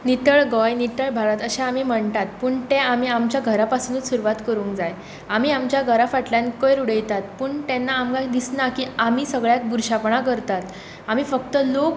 नितळ गोंय नितळ भारत अशें आमी म्हणटात पूण तें आमी आमच्या घरां पासूनच सुरवात करूंक जाय आमी आमच्या घरां फाटल्यान कोयर उडयतात पूण तेन्ना आमकां दिसना की सगळ्यांत बुरशेंपणां करतात आमी फक्त लोक